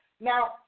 Now